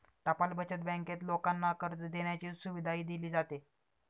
टपाल बचत बँकेत लोकांना कर्ज देण्याची सुविधाही दिली जाते